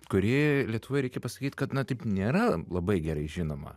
kuri lietuvoj reikia pasakyt kad na taip nėra labai gerai žinoma